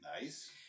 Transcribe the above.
Nice